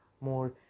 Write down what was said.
more